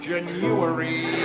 January